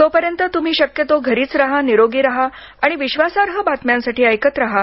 तोपर्यंत तुम्ही शक्यतो घरीच रहा निरोगी रहा आणि विश्वासार्ह बातम्यांसाठी ऐकत रहा